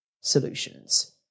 solutions